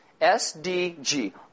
S-D-G